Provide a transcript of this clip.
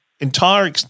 entire